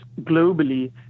globally